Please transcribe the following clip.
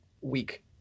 week